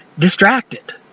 distracted.